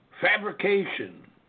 Fabrication